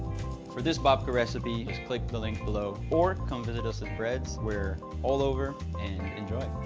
for this babka recipe, just click the link below or come visit us at breads. we're all over, and enjoy.